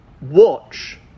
Watch